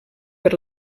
per